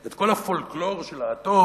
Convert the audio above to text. את כל הפולקלור של האטום.